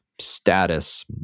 status